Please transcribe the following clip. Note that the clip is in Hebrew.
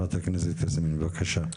בבקשה.